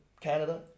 Canada